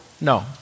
No